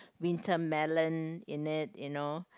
wintermelon in it you know